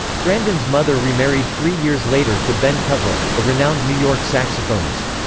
grandin's mother remarried three years later to ben cutler, a renowned new york saxophonist.